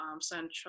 Central